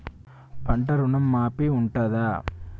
పంట ఋణం మాఫీ ఉంటదా?